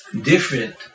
different